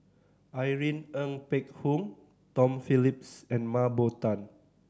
Irene Ng Phek Hoong Tom Phillips and Mah Bow Tan